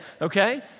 okay